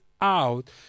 out